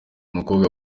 umukobwa